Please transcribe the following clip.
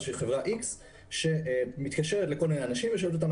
חברה X שמתקשרת לכל מיני אנשים ושואלת אותם,